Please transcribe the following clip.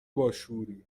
باشعوری